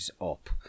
up